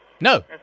No